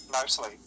Mostly